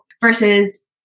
Versus